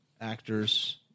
actors